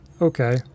okay